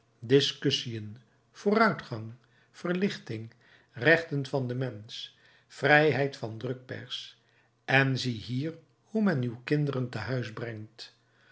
discussiën vooruitgang verlichting rechten van den mensch vrijheid van drukpers en zie hier hoe men uw kinderen te huis brengt